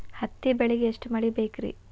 ಹತ್ತಿ ಬೆಳಿಗ ಎಷ್ಟ ಮಳಿ ಬೇಕ್ ರಿ?